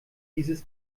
dieses